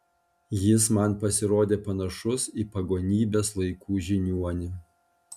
jis man pasirodė panašus į pagonybės laikų žiniuonį